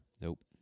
Nope